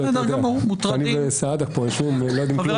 הוא לא הצליח להעביר את החוק